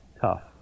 tough